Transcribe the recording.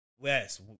Yes